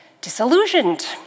disillusioned